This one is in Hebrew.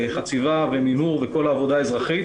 חציבה, מנהור וכל העבודה האזרחית.